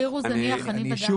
השיעור הוא זניח, אני בדקתי.